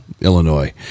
Illinois